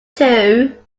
two